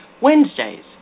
Wednesdays